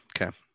Okay